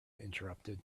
interrupted